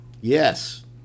Yes